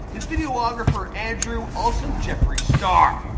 his videographer andrew, also jeffree star,